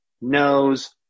knows